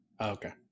Okay